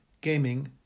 Gaming